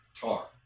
Tar